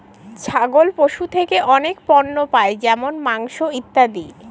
ছাগল পশু থেকে অনেক পণ্য পাই যেমন মাংস, ইত্যাদি